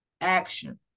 action